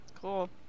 Cool